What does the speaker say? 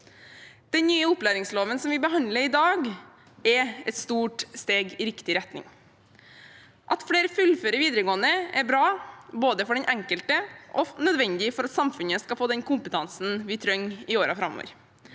Den nye opplæringsloven vi behandler i dag, er et stort steg i riktig retning. At flere fullfører videregående, er både bra for den enkelte og nødvendig for at samfunnet skal få den kompetansen vi trenger i årene framover.